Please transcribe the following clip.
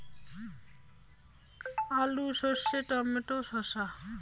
আলু সর্ষে টমেটো শসা